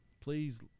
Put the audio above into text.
please